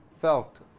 felt